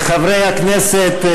חברי הכנסת,